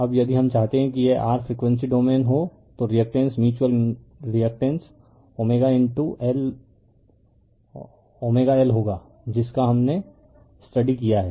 अब यदि हम चाहते हैं कि यह r फ़्रीक्वेंसी डोमेन हो तो रिएक्टेंस म्यूच्यूअल रिएक्टेंस LL होगा जिसका हमने स्टडी किया है